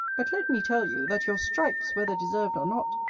but let me tell you, that your stripes, whether deserved or not,